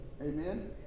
Amen